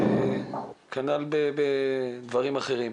וכנ"ל בדברים אחרים.